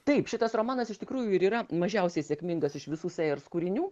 taip šitas romanas iš tikrųjų ir yra mažiausiai sėkmingas iš visų sėjers kūrinių